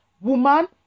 Woman